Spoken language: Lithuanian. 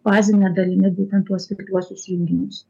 bazine dalimi būtent tuos veikliuosius junginius